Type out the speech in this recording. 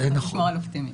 צריך לשמור על אופטימית.